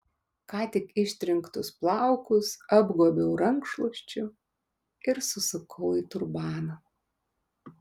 ką tik ištrinktus plaukus apgobiau rankšluosčiu ir susukau į turbaną